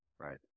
Right